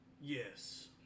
Yes